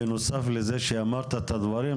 בנוסף לזה שאמרת את הדברים,